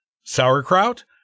sauerkraut